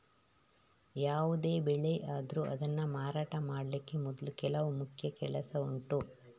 ಯಾವುದೇ ಬೆಳೆ ಆದ್ರೂ ಅದನ್ನ ಮಾರಾಟ ಮಾಡ್ಲಿಕ್ಕೆ ಮೊದ್ಲು ಕೆಲವು ಮುಖ್ಯ ಕೆಲಸ ಉಂಟು